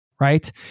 right